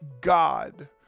God